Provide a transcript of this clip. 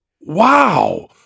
Wow